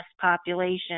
population